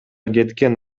кеткен